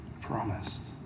promised